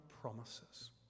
promises